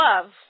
love